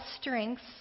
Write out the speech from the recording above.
strengths